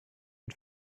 une